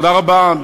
תודה רבה,